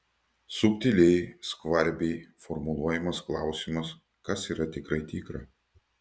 subtiliai skvarbiai formuluojamas klausimas kas yra tikrai tikra